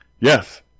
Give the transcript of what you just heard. yes